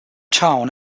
town